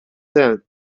tent